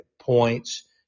points